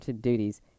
duties